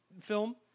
film